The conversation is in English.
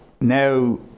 now